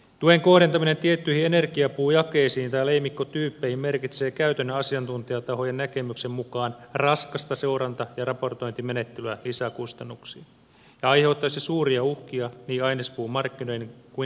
tuen kohdentaminen tiettyihin energiapuujakeisiin tai leimikkotyyppeihin merkitsee käytännön asiantuntijatahojen näkemyksen mukaan raskasta seuranta ja raportointimenettelyä lisäkustannuksin ja aiheuttaisi suuria uhkia niin ainespuumarkkinoiden kuin energiapuumarkkinoidenkin toimivuudelle